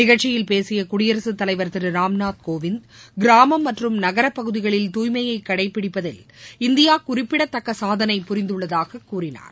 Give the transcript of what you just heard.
நிகழ்ச்சியில் பேசிய குடியரசுத்தலைவர் திரு ராம்நாத்கோவிந்த் கிராமம் மற்றும் நகரப்பகுதிகளில் தூய்மையை கடைபிடிப்பதில் இந்தியா குறிப்பிடத்தக்க சாதனை புரிந்துள்ளதாக கூறினார்